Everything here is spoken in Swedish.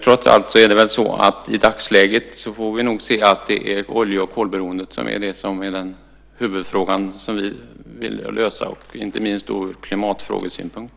Trots allt är i dagsläget olje och kolberoendet den huvudfråga som vi vill lösa. Det gäller inte minst ur klimatfrågesynpunkt.